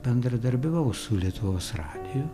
bendradarbiavau su lietuvos radiju